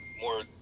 more